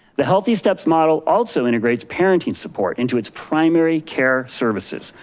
the healthysteps model also integrates parenting support into its primary care services,